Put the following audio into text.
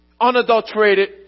unadulterated